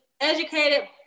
educated